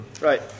Right